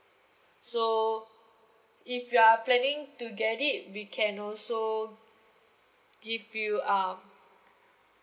so if you are planning to get it we can also give you um